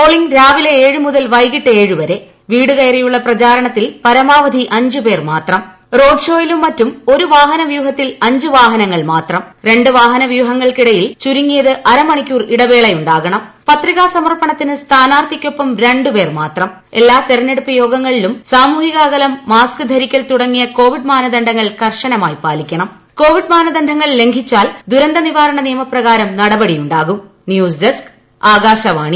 polling രാവിലെ ഏഴുമുതൽ വൈകിട്ട് ഏഴുവരെ വീട് കയറിയുള്ള പ്രചാരണത്തിൽ പരമാവധി അഞ്ചുപേർ മാത്രം റോഡ് ഷോയിലും മറ്റും ഒരു വാഹനവ്യൂഹത്തിൽ അഞ്ചു വാഹനങ്ങൾ മാത്രം രണ്ട് വാഹനവ്യൂഹങ്ങൾക്കിടയിൽ ചുരുങ്ങിയത് അര മണിക്കൂർ ഇടവേളയുണ്ടാകണം പത്രികാസമർപ്പണത്തിന് സ്ഥാനാർത്ഥിക്കൊപ്പം രണ്ടുപേർ മാത്രം എല്ലാ തെരഞ്ഞെടുപ്പ് യോഗങ്ങളിലും സാമൂഹിക അകലം മാസ്ക്ക് ധരിക്കൽ തുടങ്ങിയ കോവിഡ് മാനദണ്ഡങ്ങൾ കർക്കശമായി പാലിക്കണം കോവിഡ് മാനദണ്ഡങ്ങൾ ലംഘിച്ചാൽ ദുരന്തനിവാരണ നിയമപ്രകാരം നടപടിന്യൂസ്ഡെസ്ക് ആകാശവാണി